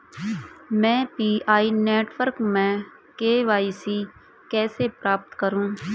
मैं PI network में KYC कैसे प्राप्त करूँ?